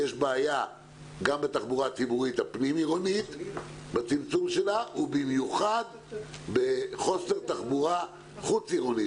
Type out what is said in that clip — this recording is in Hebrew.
יש בעיה גם בתחבורה הפנים עירונית וגם בתחבורה בין עירונית.